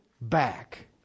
back